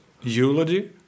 Eulogy